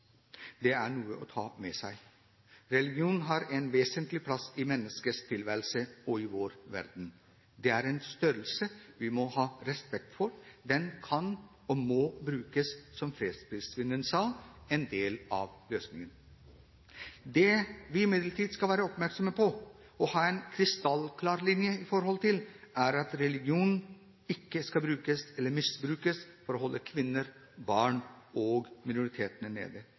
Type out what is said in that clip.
Det er noe å ta med seg. Religion har en vesentlig plass i menneskets tilværelse og i vår verden. Det er en størrelse vi må ha respekt for. Den kan og må brukes – som fredsprisvinneren sa – som en del av løsningen. Det vi imidlertid skal være oppmerksomme på og ha en krystallklar linje i forhold til, er at religion ikke skal brukes eller misbrukes for å holde kvinner, barn og minoriteter nede.